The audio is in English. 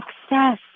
success